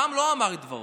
העם לא אמר את דברו,